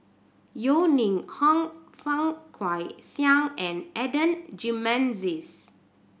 Yeo Ning Hong Fang Guixiang and Adan Jimenez